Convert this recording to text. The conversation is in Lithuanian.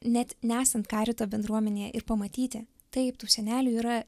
net nesant karito bendruomenėje ir pamatyti taip tų senelių yra